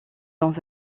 dans